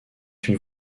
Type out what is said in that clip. une